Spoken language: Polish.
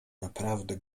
naprawdę